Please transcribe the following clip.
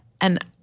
and-